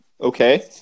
Okay